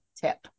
tip